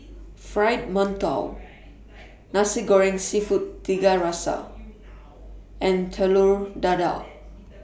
Fried mantou Nasi Goreng Seafood Tiga Rasa and Telur Dadah